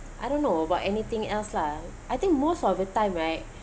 I don't know about anything else lah I think most of the time right